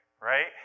right